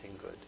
good